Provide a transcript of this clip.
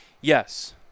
Yes